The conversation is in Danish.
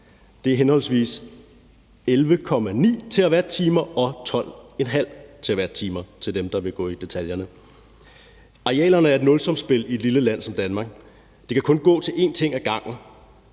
Det er henholdsvis 11,9 TWh og 12,5 TWh til dem, der vil gå i detaljer. Arealerne er et nulsumsspil i et lille land som Danmark. Det kan kun gå til én ting ad gangen,